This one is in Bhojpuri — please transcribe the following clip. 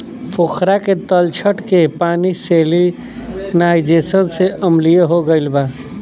पोखरा के तलछट के पानी सैलिनाइज़ेशन से अम्लीय हो गईल बा